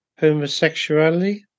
homosexuality